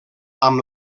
amb